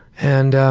and